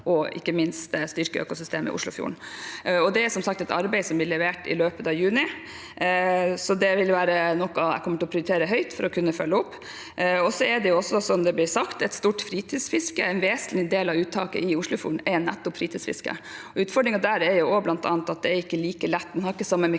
og ikke minst styrke økosystemet i Oslofjorden. Det er som sagt et arbeid som blir levert i løpet av juni, så det vil være noe jeg kommer til å prioritere høyt for å kunne følge opp. Det er også, som det blir sagt, et stort fritidsfiske. En vesentlig del av uttaket i Oslofjorden er nettopp fritidsfiske. Utfordringen der er bl.a. at man ikke har samme